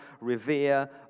revere